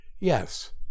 Yes